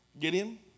Gideon